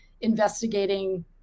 investigating